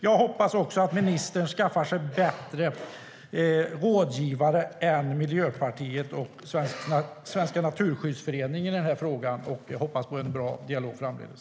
Jag hoppas att ministern skaffar sig bättre rådgivare än Miljöpartiet och Naturskyddsföreningen i denna fråga, och jag hoppas på en bra dialog framdeles.